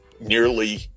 nearly